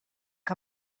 que